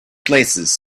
places